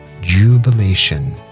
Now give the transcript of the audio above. jubilation